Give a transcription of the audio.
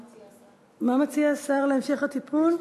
מה מציע השר להמשך הטיפול?